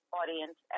audience